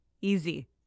easy